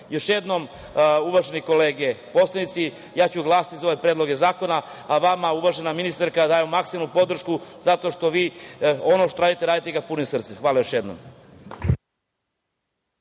jednom, uvažene kolege poslanici, glasaću za ove predloge zakona, a vama, uvažena ministarka, dajemo maksimalnu podršku, zato što vi ono što radite radite punim srcem. Hvala još jednom.